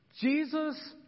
Jesus